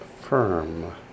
firm